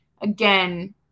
again